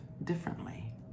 differently